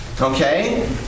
Okay